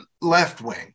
left-wing